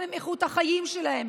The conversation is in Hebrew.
גם את איכות החיים שלהם,